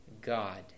God